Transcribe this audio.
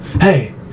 hey